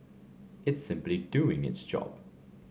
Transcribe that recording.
it's simply doing its job